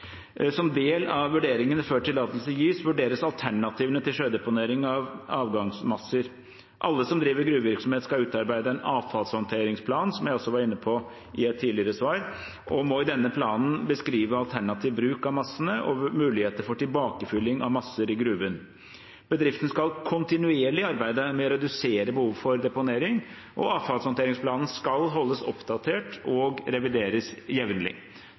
Som del av vurderingene før tillatelse gis, vurderes alternativene til sjødeponering av avgangsmasser. Alle som driver gruvevirksomhet, skal utarbeide en avfallshåndteringsplan, som jeg også var inne på i et tidligere svar, og må i denne planen beskrive alternativ bruk av massene og muligheter for tilbakefylling av masser i gruven. Bedriften skal kontinuerlig arbeide med å redusere behovet for deponering, og avfallshåndteringsplanen skal holdes oppdatert og revideres jevnlig.